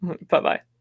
Bye-bye